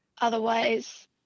otherwise